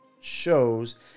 shows